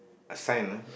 a sign ah